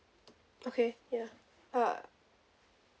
okay ya uh